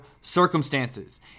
circumstances